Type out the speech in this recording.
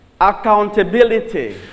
accountability